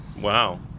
Wow